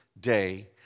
day